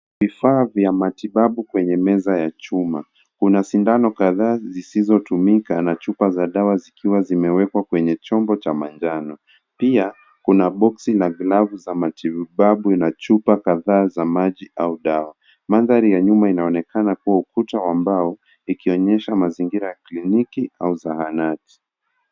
Vifaa vya matibabu kwenye meza ya chuma. Kuna sindano kadhaa zisizotumika, na chupa za dawa zikiwa zimewekwa kwenye chombo cha manjano. Pia, kuna boksi na glavu za matibabu na chupa kadhaa za maji au dawa. Mandhari ya nyuma inaonekana kuwa ukuta wa mbao, ikionyesha mazingira ya kliniki au zahanati.